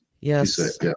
Yes